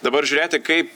dabar žiūrėti kaip